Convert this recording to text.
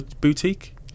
Boutique